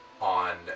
on